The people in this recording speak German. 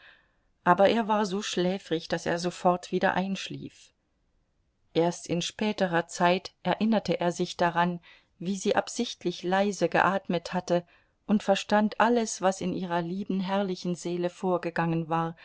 aber er war so schläfrig daß er sofort wieder einschlief erst in späterer zeit erinnerte er sich daran wie sie absichtlich leise geatmet hatte und verstand alles was in ihrer lieben herrlichen seele vorgegangen war